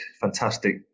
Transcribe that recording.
fantastic